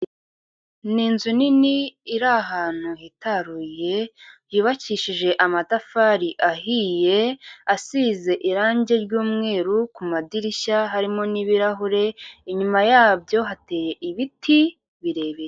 Ni inzu nini iri ahantu hitaruye yubakishije amatafari ahiye asize irangi ry'umweru ku madirishya harimo n'ibirahure inyuma yabyo hateye ibiti birebire.